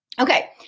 Okay